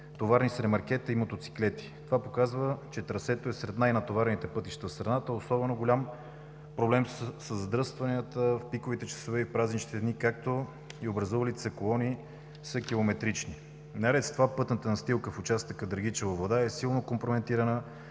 товарни с ремаркета и мотоциклети. Това показва, че трасето е сред най-натоварените пътища в страната. Особено голям проблем са задръстванията в пиковите часове и празничните дни – образувалите се колони са километрични. Наред с това, пътната настилка в участъка Драгичево – Владая е силно компрометирана,